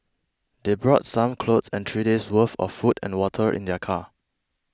they brought some clothes and three days' worth of food and water in their car